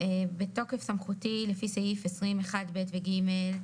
בתוקף סמכותי לפי סעיף 20 1 ב' ו-ג',